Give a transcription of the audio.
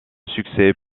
succès